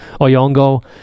Oyongo